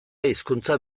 hizkuntza